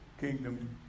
kingdom